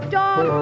dog